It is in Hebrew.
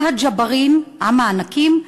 עם הג'בארין, עם הענקים,